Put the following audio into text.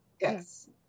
yes